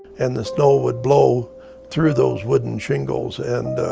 and the snow would blow through those wooden shingles and